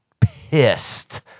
pissed